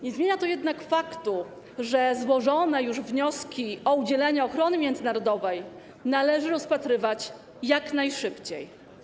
Nie zmienia to jednak faktu, że złożone już wnioski o udzielenie ochrony międzynarodowej należy rozpatrywać jak najszybciej.